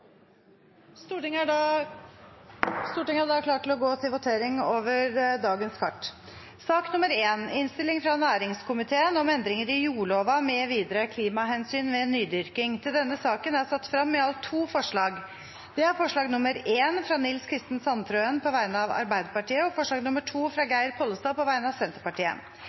Stortinget klar til å gå til votering over sakene på dagens kart. Under debatten er det satt frem i alt to forslag. Det er forslag nr. 1, fra Nils Kristen Sandtrøen på vegne av Arbeiderpartiet forslag nr. 2, fra Geir Pollestad på vegne av Senterpartiet